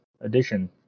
addition